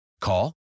Call